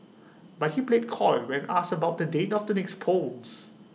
but he played coy when asked about the date of the next polls